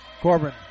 Corbin